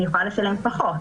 אני יכולה לשלם פחות.